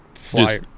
fly